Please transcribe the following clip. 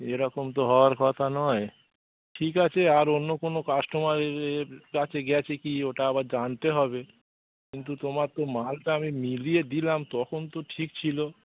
এরকম তো হওয়ার কথা নয় ঠিক আছে আর অন্য কোনো কাস্টোমার এর কাছে গেছে কি ওটা আবার জানতে হবে কিন্তু তোমার তো মালটা আমি মিলিয়ে দিলাম তখন তো ঠিক ছিলো